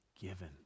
given